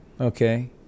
Okay